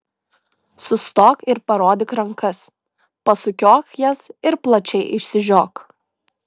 sustok ir parodyk rankas pasukiok jas ir plačiai išsižiok